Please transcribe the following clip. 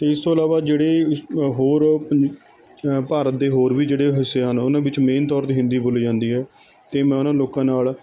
ਅਤੇ ਇਸ ਤੋਂ ਇਲਾਵਾ ਜਿਹੜੇ ਹੋਰ ਪ ਭਾਰਤ ਦੇ ਹੋਰ ਵੀ ਜਿਹੜੇ ਹਿੱਸੇ ਹਨ ਉਹਨਾਂ ਵਿੱਚ ਮੇਨ ਤੌਰ 'ਤੇ ਹਿੰਦੀ ਬੋਲੀ ਜਾਂਦੀ ਹੈ ਅਤੇ ਮੈਂ ਉਹਨਾਂ ਲੋਕਾਂ ਨਾਲ਼